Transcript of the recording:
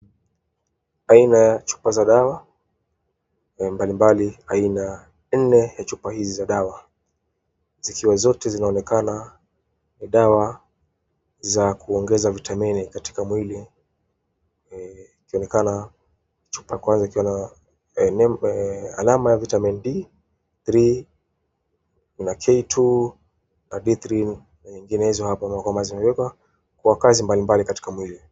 Aina ya chupa za dawa mbali mbali aina nne ya chupa hizi za dawa. Zikiwa zote zinaonekana dawa za kuongeza vitamini katika mwili, ikionekana chupa kwanza ikiwa na alama ya vitamin D3 na K2 na D3 na nyingine hizi hapa na wakamazi mweka kwa kazi mbali mbali katika mwili.